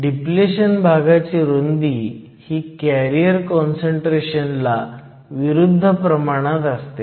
depletion भागाची रुंदी ही कॅरियर काँसंट्रेशन ला विरुद्ध प्रमाणात असते